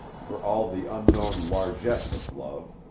for all the unknown largesse of love,